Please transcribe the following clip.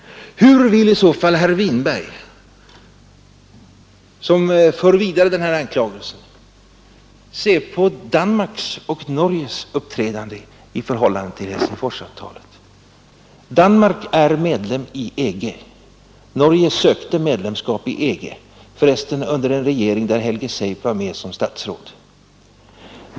Hur vill i så fall herr Winberg, som för vidare den här anklagelsen, se på Danmarks och Norges uppträdande i förhållande till Helsingforsavtalet? Danmark är medlem i EG, Norge sökte medlemskap i EG — för resten under en regering där Helge Seip var med som statsråd.